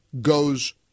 goes